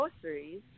groceries